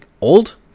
old